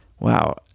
Wow